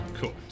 cool